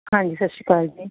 ਹਾਂਜੀ ਸਤਿ ਸ਼੍ਰੀ ਅਕਾਲ ਜੀ